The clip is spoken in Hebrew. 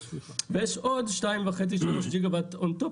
ויש עוד שתיים וחצי עד שלוש ג'יגה וואט בנוסף